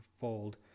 fold